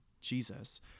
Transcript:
Jesus –